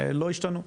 לא השתנו.